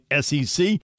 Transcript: SEC